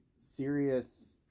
serious